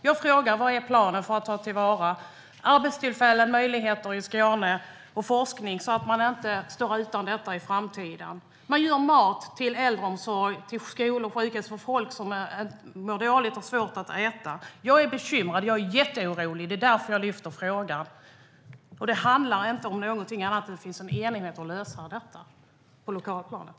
Jag frågar: Vad är planen för att ta till vara arbetstillfällen, möjligheter i Skåne och forskning så att vi inte står utan detta i framtiden? Man gör mat till äldreomsorg, till skolor och till människor som mår dåligt och har svårt att äta. Jag är bekymrad. Jag är jätteorolig. Det är därför jag lyfter frågan. Det handlar inte om någonting annat än att det finns en enighet om att lösa detta på lokalplanet.